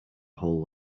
whole